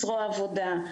זרוע העבודה,